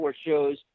shows